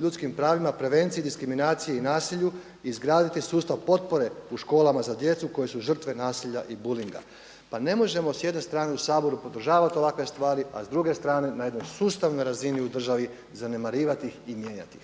ljudskim pravima, prevenciji, diskriminaciji i nasilju i izgraditi sustav potpore u školama za djecu koje su žrtve nasilja i bulinga. Pa ne možemo s jedne strane u Saboru podržavati ovakve stvari, a s druge strane na jednoj sustavnoj razini u državi zanemarivati ih i mijenjati.